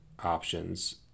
options